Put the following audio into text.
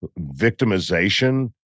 Victimization